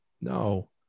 No